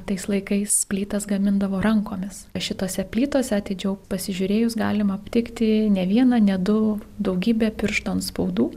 tais laikais plytas gamindavo rankomis šitose plytose atidžiau pasižiūrėjus galima aptikti ne vieną ne du daugybę pirštų antspaudų